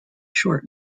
short